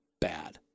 bad